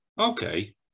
Okay